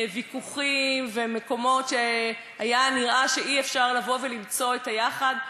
ויכוחים ומקומות שהיה נראה שאי-אפשר למצוא בהם את היחד,